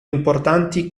importanti